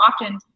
often